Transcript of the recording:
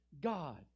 God